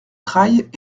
trailles